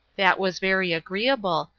that was very agreeable,